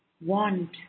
want